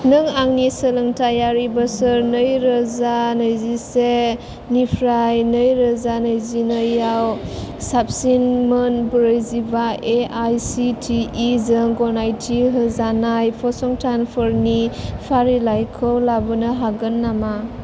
नों आंनि सोलोंथायारि बोसोर नैरोजा नैजिसे निफ्राय नैरोजा नैजिनैआव साबसिन मोन ब्रैजिबा एआईसिटिइ जों गनायथि होजानाय फसंथानफोरनि फारिलाइखौ लाबोनो हागोन नामा